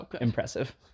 impressive